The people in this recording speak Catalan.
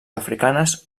africanes